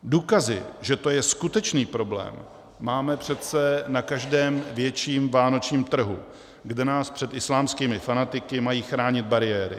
Důkazy, že to je skutečný problém, máme přece na každém větším vánočním trhu, kde nás před islámskými fanatiky mají chránit bariéry.